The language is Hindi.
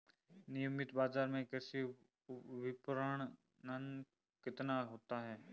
नियमित बाज़ार में कृषि विपणन कितना होता है?